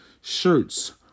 shirts